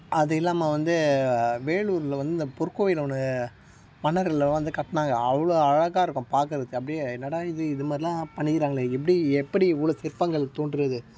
அது இல்லாமல் வந்து வேலூர்ல வந்து இந்த பொற்கோயில் ஒன்று மன்னர்கள்லாம் வந்து கட்டினாங்க அவ்வளோ அழகாக இருக்கும் பார்க்கறத்துக்கு அப்படியே என்னடா இது இதுமாதிரிலாம் பண்ணிக்கிறாங்களே எப்படி எப்படி இவ்வளோ சிற்பங்கள் தோன்றியது